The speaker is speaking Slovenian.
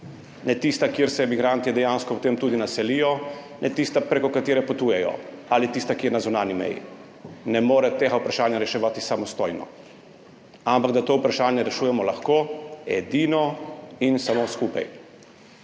ne tista, kjer se migranti dejansko potem tudi naselijo, ne tista, preko katere potujejo, ali tista, ki je na zunanji meji, ne more tega vprašanja reševati samostojno, ampak da lahko to vprašanje rešujemo edino in samo skupaj.